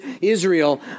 Israel